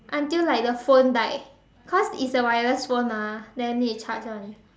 until like the phone died because it's a wireless phone mah then need to charge [one]